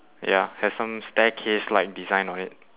ya has some staircase like design on it